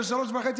ב-15:30,